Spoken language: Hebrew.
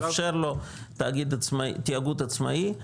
מאפשר לו תיאגוד עצמאי?